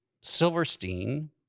Silverstein